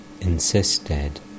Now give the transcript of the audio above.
insisted